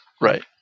Right